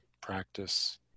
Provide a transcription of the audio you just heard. practice